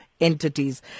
entities